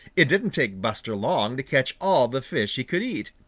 it didn't take buster long to catch all the fish he could eat.